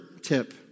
tip